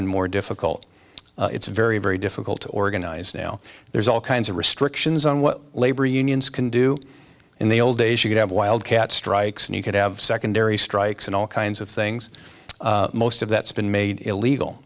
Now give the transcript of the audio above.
and more difficult it's very very difficult to organize now there's all kinds of restrictions on what labor unions can do in the old days you could have wildcat strikes and you could have secondary strikes and all kinds of things most of that's been made illegal